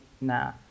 nah